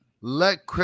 Let